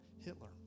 Hitler